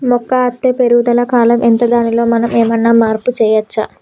మొక్క అత్తే పెరుగుదల కాలం ఎంత దానిలో మనం ఏమన్నా మార్పు చేయచ్చా?